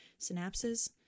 synapses